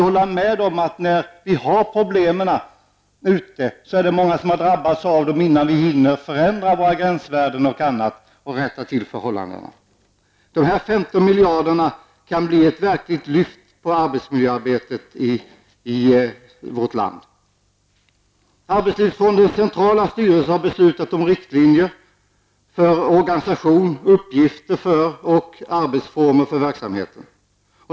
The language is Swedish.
Innan vi hinner förändra gränsvärden och annat och rätta till förhållandena har ju många redan drabbats. De 15 miljarderna kan bli ett verkligt lyft för arbetsmiljöarbetet i vårt land. Arbetslivsfondens centrala styrelse har beslutat om riktlinjer för organisation, uppgifter och arbetsformer för verksamheten.